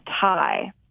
tie